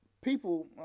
people